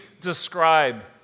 describe